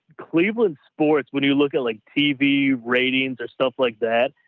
cleveland sports, when you look at like tv ratings or stuff like that,